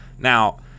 Now